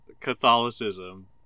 Catholicism